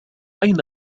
أين